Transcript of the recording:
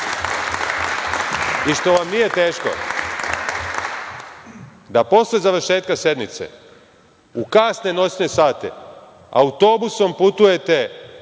i što vam nije teško da posle završetka sednice, u kasne noćne sate, autobusom putujete